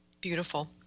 Beautiful